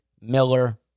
miller